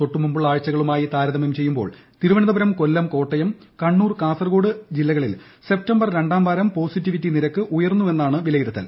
തൊട്ടുമുമ്പുള്ള ആഴ്ചകളുമായ്ടി താരതമൃം ചെയ്യുമ്പോൾ തിരുവനന്തപുരം കൊല്ലം കോട്ടയം കണ്ണൂർ കാസകോട് ജില്ലകളിൽ സെപ്റ്റംബർ രണ്ടാംവാരം പോസില്ലിപ്റ്റി നിരക്ക് ഉയർന്നുവെന്നാണ് വിലയിരുത്തൽ